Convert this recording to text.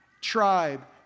tribe